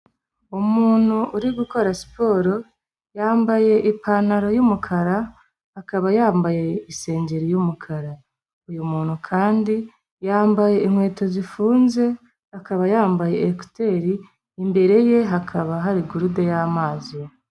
Umuntu uri gukora siporo, yambaye ipantaro y'umukara, akaba yambaye isengeri y'umukara. Uyu muntu kandi, yambaye inkweto zifunze, akaba yambaye ekuteri, imbere ye hakaba hari gurude y'amazi.